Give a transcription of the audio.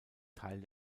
teil